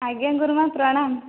ଆଜ୍ଞା ଗୁରୁମା ପ୍ରଣାମ